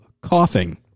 Coughing